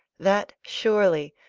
that, surely,